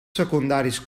secundaris